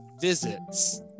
visits